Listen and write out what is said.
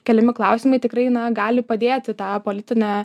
keliami klausimai tikrai gali padėti tą politinę